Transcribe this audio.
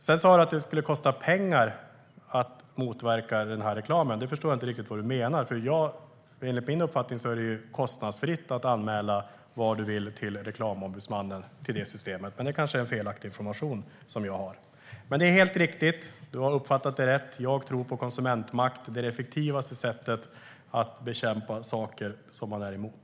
Sedan sa du att det skulle kosta pengar att motverka den här reklamen. Jag förstår inte riktigt vad du menar. Som jag har uppfattat det är det kostnadsfritt att anmäla vad man vill till Reklamombudsmannen enligt gällande system. Men jag kanske har felaktig information. Det är helt riktigt - jag tror på konsumentmakt. Du har uppfattat det rätt. Det är det effektivaste sättet att bekämpa saker som man är emot.